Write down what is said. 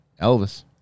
Elvis